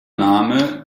name